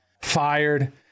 fired